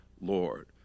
Lord